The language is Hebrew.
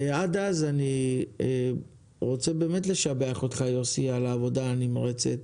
עד אז אני רוצה באמת לשבח אותך יוסי על העבודה הנמרצת,